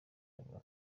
abantu